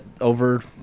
over